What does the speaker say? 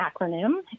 acronym